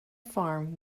farm